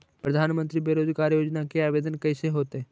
प्रधानमंत्री बेरोजगार योजना के आवेदन कैसे होतै?